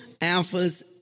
alphas